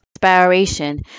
inspiration